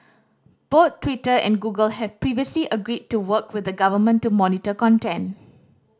both Twitter and Google have previously agreed to work with the government to monitor content